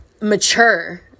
mature